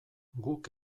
guk